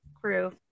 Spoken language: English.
crew